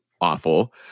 awful